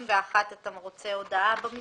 90. בסעיף 91, אתה רוצה הודעה במיזוג?